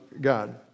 God